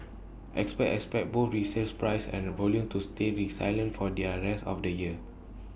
experts expect both resale prices and the volume to stay resilient for their rest of the year